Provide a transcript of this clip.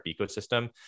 ecosystem